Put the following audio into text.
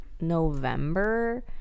November